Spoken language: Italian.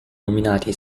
nominati